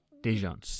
Dijon